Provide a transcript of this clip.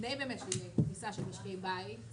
לפני שתהיה קריסה של משקי בית,